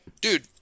dude